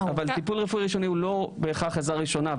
אבל טיפול רפואי ראשוני הוא לא בהכרח עזרה ראשונה.